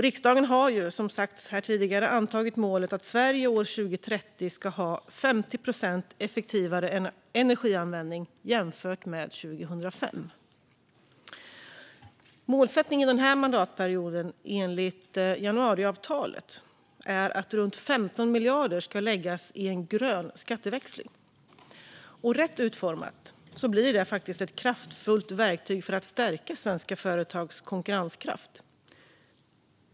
Riksdagen har ju som tidigare sagt antagit målet att Sverige år 2030 ska ha 50 procent effektivare energianvändning jämfört med 2005. Målsättningen denna mandatperiod enligt januariavtalet är att runt 15 miljarder ska läggas i en grön skatteväxling. Skatteväxlingen innebär högre skatt på miljöskadlig verksamhet men lägre skatt på arbete. Rätt utformat blir detta ett kraftfullt verktyg för att stärka svenska företags konkurrenskraft.